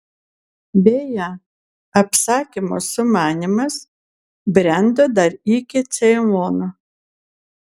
beje apsakymo sumanymas brendo dar iki ceilono